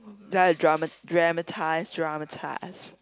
then I drama dramatise dramatise